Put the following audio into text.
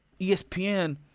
espn